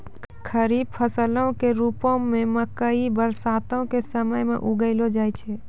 खरीफ फसलो के रुपो मे मकइ बरसातो के समय मे उगैलो जाय छै